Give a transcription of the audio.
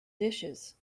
dishes